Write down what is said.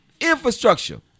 infrastructure